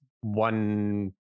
one